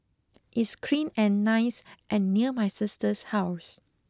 it's clean and nice and near my sister's house